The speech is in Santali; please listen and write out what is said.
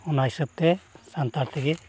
ᱚᱱᱟ ᱦᱤᱥᱟᱹᱵᱽ ᱛᱮ ᱥᱟᱱᱛᱟᱲ ᱛᱮᱜᱮ